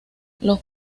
los